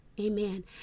amen